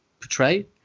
portray